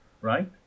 right